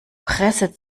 presse